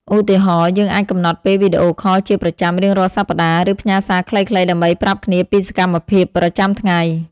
ការទំនាក់ទំនងប្រកបដោយតម្លាភាព និងភាពទៀងទាត់ ជួយកាត់បន្ថយគម្លាតអារម្មណ៍ និងរក្សាភាពជិតស្និទ្ធ។